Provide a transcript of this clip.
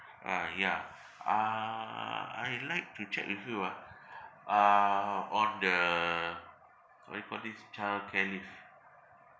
ah ya uh I like to check with you ah uh on the what you call this childcare leave